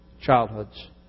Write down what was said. childhoods